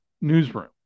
Newsroom